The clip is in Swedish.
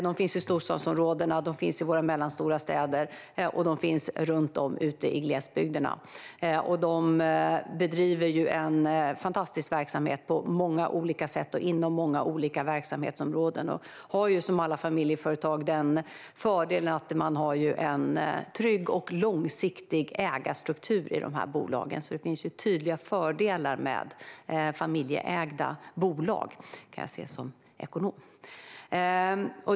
De finns i våra storstadsområden, i våra mellanstora städer och runt om i glesbygderna. De bedriver en fantastisk verksamhet på många olika sätt och inom olika verksamhetsområden. Som alla familjeföretag har de den fördelen att ägarstrukturen är trygg och långsiktig i dessa bolag. Det finns tydliga fördelar med familjeägda bolag - det kan jag som ekonom se.